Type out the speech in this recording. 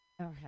Okay